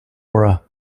aura